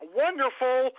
wonderful